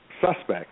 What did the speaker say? suspects